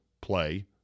play